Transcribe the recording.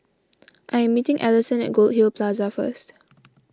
I am meeting Allison at Goldhill Plaza first